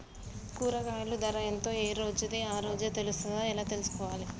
కూరగాయలు ధర ఎంత ఏ రోజుది ఆ రోజే తెలుస్తదా ఎలా తెలుసుకోవాలి?